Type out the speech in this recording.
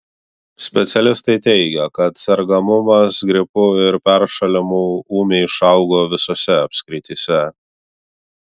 specialistai teigia kad sergamumas gripu ir peršalimu ūmiai išaugo visose apskrityse